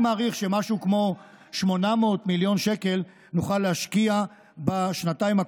אני מעריך שמשהו כמו 800 מיליון שקל נוכל להשקיע בשנתיים הקרובות,